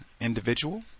individual